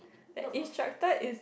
not